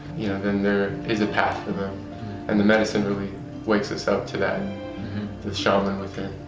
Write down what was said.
you know then there is a path for them and the medicine really wakes us up today the shaman look at